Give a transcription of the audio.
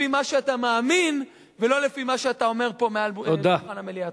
לפי מה שאתה מאמין ולא לפי מה שאתה אומר פה מעל דוכן המליאה.